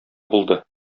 булды